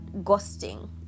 ghosting